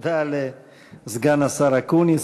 תודה לסגן השר אקוניס.